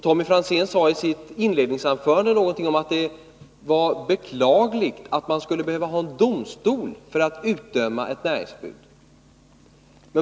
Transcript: Tommy Franzén sade i sitt inledningsanförande någonting om att det var beklagligt att man skulle behöva anlita domstol för att utdöma ett näringsförbud.